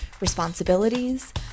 responsibilities